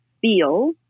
feel